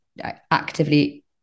actively